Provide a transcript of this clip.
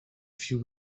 few